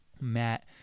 Matt